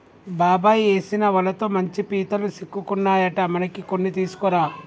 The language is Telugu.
బాబాయ్ ఏసిన వలతో మంచి పీతలు సిక్కుకున్నాయట మనకి కొన్ని తీసుకురా